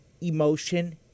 emotion